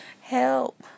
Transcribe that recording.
help